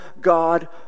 God